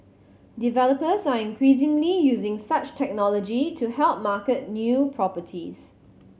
developers are increasingly using such technology to help market new properties